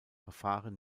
verfahren